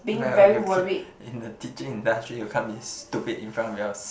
well you can in the teaching industry you can't be stupid in front of your